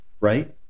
right